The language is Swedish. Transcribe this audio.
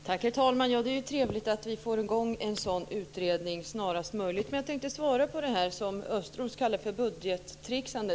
Herr talman! Det är trevligt att vi snarast möjligt får i gång en sådan här utredning. Jag tänkte svara på det som Östros sade om budgettricksande.